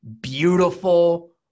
beautiful